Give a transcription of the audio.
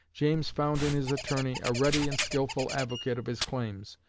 james found in his attorney a ready and skilful advocate of his claims,